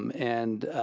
um and,